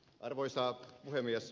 arvoisa puhemies